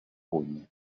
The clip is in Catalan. puny